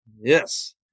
yes